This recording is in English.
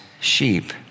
sheep